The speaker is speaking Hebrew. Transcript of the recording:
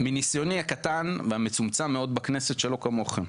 מניסיוני הקטן והמצומצם מאוד בכנסת, שלא כמוך,